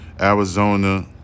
Arizona